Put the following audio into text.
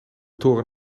toren